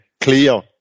clear